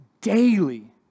daily